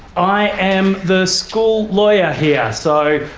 i am the school lawyer here. so,